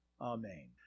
Amen